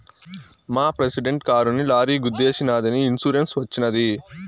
మా ప్రెసిడెంట్ కారుని లారీ గుద్దేశినాదని ఇన్సూరెన్స్ వచ్చినది